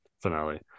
finale